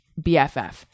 BFF